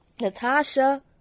Natasha